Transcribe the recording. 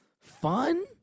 fun